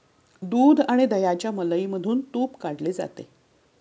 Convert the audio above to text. दूध आणि दह्याच्या मलईमधून तुप काढले जाते